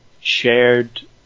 shared